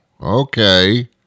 okay